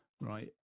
right